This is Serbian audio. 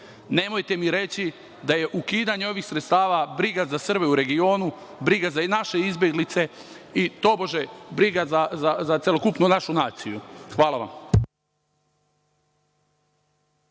Nemojte mi reći da je ukidanje ovih sredstava briga za Srbe u regionu, briga za naše izbeglice i tobože briga za celokupnu našu naciju. Hvala